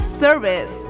service